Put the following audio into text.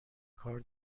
کار